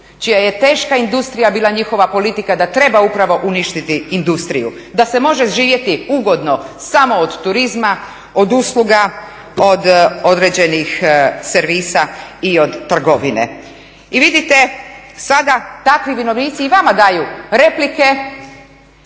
čija je teška industrija bila njihova politika da treba upravo uništiti industriju, da se može živjeti ugodno samo od turizma, od usluga, od određenih servisa i od trgovine. I vidite, sada takvi vinovnici i vama daju replike,